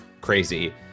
crazy